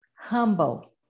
humble